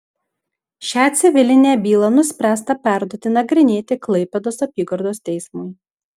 šią civilinę bylą nuspręsta perduoti nagrinėti klaipėdos apygardos teismui